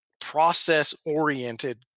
process-oriented